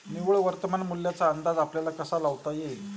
निव्वळ वर्तमान मूल्याचा अंदाज आपल्याला कसा लावता येईल?